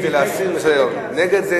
שניים בעד, ארבעה נגד.